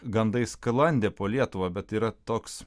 gandai sklandė po lietuvą bet yra toks